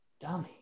Dummy